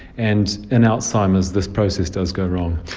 and in alzheimer's this process does go wrong.